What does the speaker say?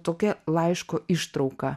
tokia laiško ištrauka